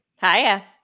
Hiya